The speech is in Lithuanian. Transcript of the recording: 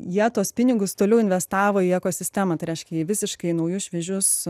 jie tuos pinigus toliau investavo į ekosistemą tai reiškia į visiškai naujus šviežius